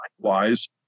likewise